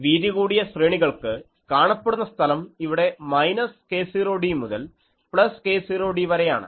വീതികൂടിയ ശ്രേണികൾക്ക് കാണപ്പെടുന്ന സ്ഥലം ഇവിടെ മൈനസ് k0d മുതൽ പ്ലസ് k0d വരെയാണ്